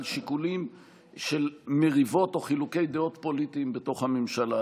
שיקולים של מריבות או חילוקי דעות פוליטיים בתוך הממשלה.